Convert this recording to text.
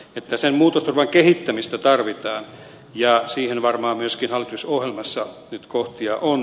että muutosturvan kehittämistä tarvitaan ja siihen varmaan myöskin hallitusohjelmassa nyt kohtia on